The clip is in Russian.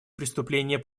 преступления